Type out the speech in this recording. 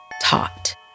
Taught